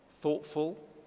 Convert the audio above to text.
thoughtful